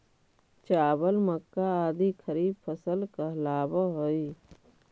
चावल, मक्का आदि खरीफ फसल कहलावऽ हइ